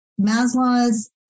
Maslow's